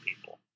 people